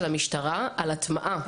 המשטרה על הטמעה.